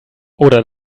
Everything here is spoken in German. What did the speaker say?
oder